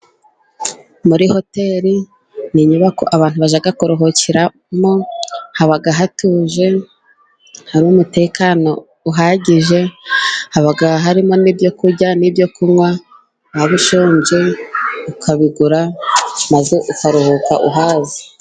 Muri hoteri ni inyubako, abantu bashaka kuruhukiramo haba hatuje, hari umutekano uhagije harimo n' ibyo kurya n' ibyo kunywa waba ushonje ukabigura maze ukaruhuka uhaze.